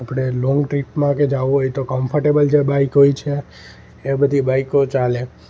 આપણે લોંગ ટ્રીપમાં કે જવું હોય તો કમ્ફર્ટેબલ જે બાઈક હોય છે એ બધી બાઈકો ચાલે